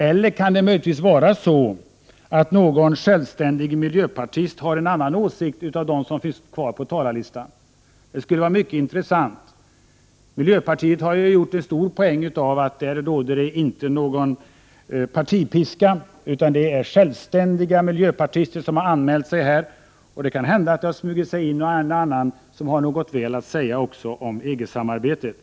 Eller finns det möjligen någon miljöpartist bland de återstående på talarlistan som har en annan åsikt? Det vore i så fall mycket intressant. Miljöpartiet har ju gjort stort nummer av att man inte har någon partipiska, utan att miljöpartister med självständiga uppfattningar i EG-frågan har anmält sig på talarlistan. Måhända har det smugit sig in en och annan miljöpartist som har något väl att säga om just EG-samarbetet.